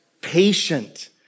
patient